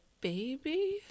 baby